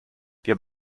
wir